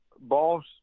Boss